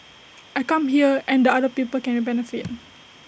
I come here and other people can benefit